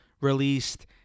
released